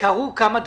קרו כמה דברים.